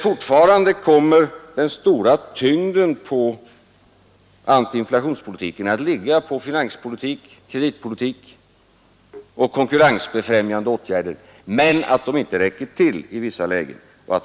Fortfarande kommer den stora tyngden i antiinflationspolitiken att ligga på finanspolitik, kreditpolitik och konkurrensbefrämjande åtgärder. Men dessa åtgärder räcker inte i vissa lägen.